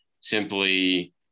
simply